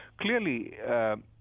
Clearly